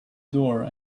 door